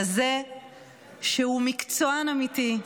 כזה שהוא מקצוען אמיתי,